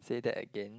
say that again